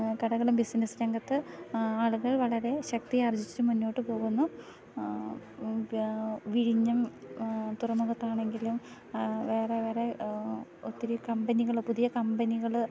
കടകളും ബിസിനസ് രംഗത്ത് ആളുകൾ വളരെ ശക്തി ആർജിച്ച് മുന്നോട്ട് പോകുന്നു വ്യാ വിഴിഞ്ഞം തുറമുഖത്താണെങ്കിലും വേറെ വേറെ ഒത്തിരി കമ്പനികള് പുതിയ കമ്പനികള്